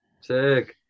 Sick